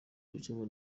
gukemura